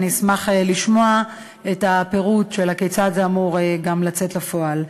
אני אשמח לשמוע את הפירוט כיצד זה אמור לצאת לפועל.